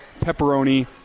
pepperoni